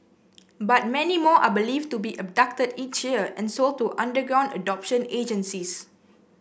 but many more are believed to be abducted each year and sold to underground adoption agencies